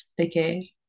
okay